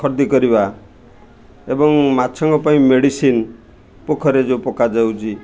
ଖରିଦି କରିବା ଏବଂ ମାଛଙ୍କ ପାଇଁ ମେଡ଼ିସିନ୍ ପୋଖରୀରେ ଯୋଉ ପକାଯାଉଛି